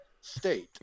state